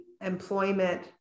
employment